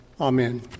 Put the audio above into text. Amen